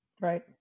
Right